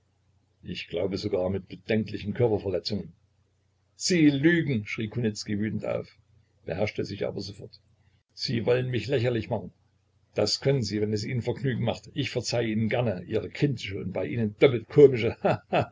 ich glaube sogar mit bedenklichen körperverletzungen sie lügen schrie kunicki wütend auf beherrschte sich aber sofort sie wollen mich lächerlich machen das können sie wenn es ihnen vergnügen macht ich verzeihe ihnen gerne ihre kindische und bei ihnen doppelt komische